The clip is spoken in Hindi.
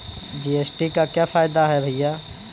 जी.एस.टी का क्या फायदा है भैया?